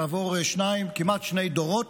כעבור כמעט שני דורות,